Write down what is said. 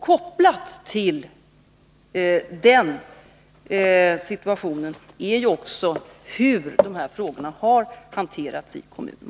Kopplat till den situationen är naturligtvis också hur dessa frågor har hanterats i kommunen.